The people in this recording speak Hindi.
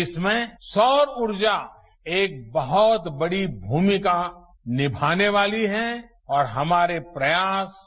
इसमें सौर ऊर्जा एक बहुत बड़ी भूमिका निभाने वाली है और हमारे प्रयास